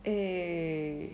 eh